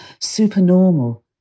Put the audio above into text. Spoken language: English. supernormal